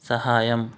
సహాయం